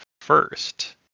first